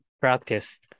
practice